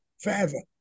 forever